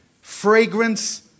fragrance